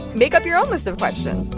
make up your own list of questions